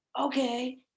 Okay